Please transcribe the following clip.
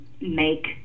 make